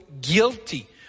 guilty